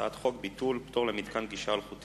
הצעת חוק ביטול פטור למתקן גישה אלחוטית